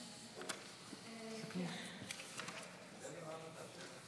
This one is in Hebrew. הספרייה הלאומית,